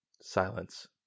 Silence